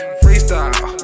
freestyle